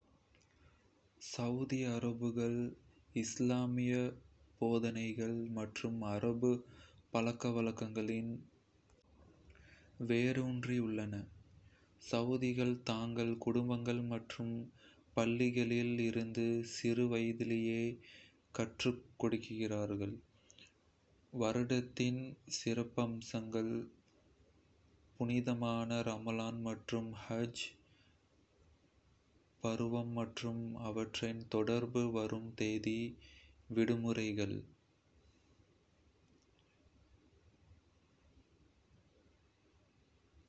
சவுதி மரபுகள் இஸ்லாமிய போதனைகள் மற்றும் அரபு பழக்கவழக்கங்களில் வேரூன்றியுள்ளன, சவுதிகள் தங்கள் குடும்பங்கள் மற்றும் பள்ளிகளில் இருந்து சிறு வயதிலேயே கற்றுக்கொள்கிறார்கள். வருடத்தின் சிறப்பம்சங்கள் புனிதமான ரமலான் மற்றும் ஹஜ் (யாத்திரை) பருவம் மற்றும் அவற்றைத் தொடர்ந்து வரும் தேசிய விடுமுறைகள்.